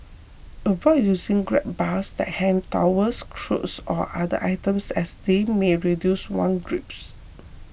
avoid using grab bars to hang towels clothes or other items as they may reduce one's grips